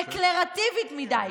דקלרטיבית מדי,